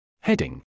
Heading